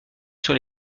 sur